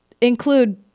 include